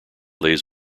lays